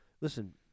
listen